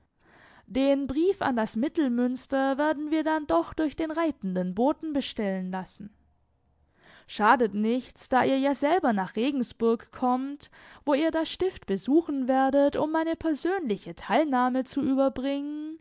den brief an das mittelmünster werden wir dann doch durch den reitenden boten bestellen lassen schadet nichts da ihr ja selber nach regensburg kommt wo ihr das stift besuchen werdet um meine persönliche teilnahme zu überbringen